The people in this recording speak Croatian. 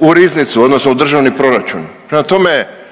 u riznicu, odnosno u državni proračun. Prema tome,